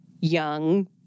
young